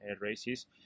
races